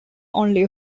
only